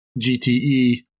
GTE